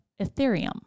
Ethereum